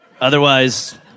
Otherwise